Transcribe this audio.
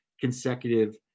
consecutive